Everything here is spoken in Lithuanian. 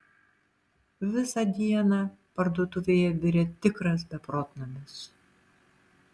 visą dieną parduotuvėje virė tikras beprotnamis